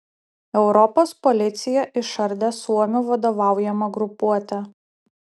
europos policija išardė suomių vadovaujamą grupuotę